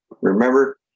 Remember